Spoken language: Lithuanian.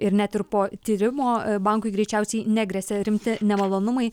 ir net ir po tyrimo bankui greičiausiai negresia rimti nemalonumai